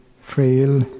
Frail